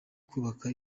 kubaka